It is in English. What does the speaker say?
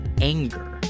anger